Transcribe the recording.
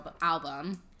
album